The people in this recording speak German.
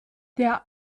der